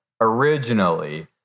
originally